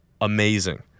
amazing